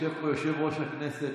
יושב פה יושב-ראש הכנסת,